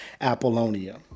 Apollonia